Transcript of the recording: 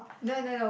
no no no